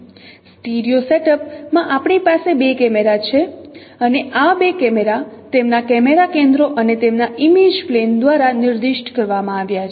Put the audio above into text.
stereo setup માં આપણી પાસે બે કેમેરા છે અને આ બે કેમેરા તેમના કેમેરા કેન્દ્રો અને તેમના ઈમેજ પ્લેન દ્વારા નિર્દિષ્ટ કરવામાં આવ્યા છે